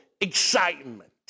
excitement